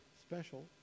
special